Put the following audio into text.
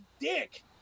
dick